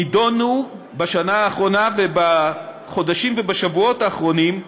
נידונו בשנה האחרונה ובחודשים ובשבועות האחרונים,